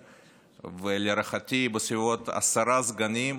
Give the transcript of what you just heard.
ולהערכתי בסביבות עשרה סגנים.